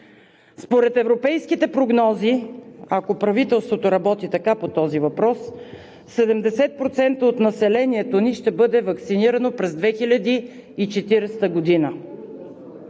Според европейските прогнози, ако правителството работи така по този въпрос, 70% от населението ни ще бъде ваксинирано през 2040 г.